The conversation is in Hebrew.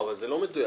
אבל זה לא מדויק.